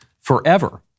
forever